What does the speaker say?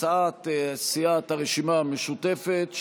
הצעת סיעת הרשימה המשותפת,